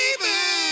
Baby